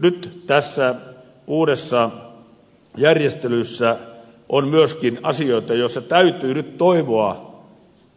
nyt tässä uudessa järjestelyssä on myöskin asioita joissa täytyy toivoa